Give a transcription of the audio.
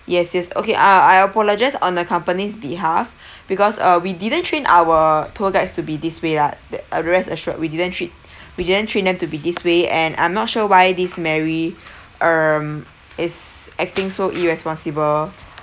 yes yes okay uh I apologise on the company's behalf because uh we didn't train our tour guides to be this way lah that uh rest assured we didn't treat we didn't train them to be this way and I'm not sure why this mary um is acting so irresponsible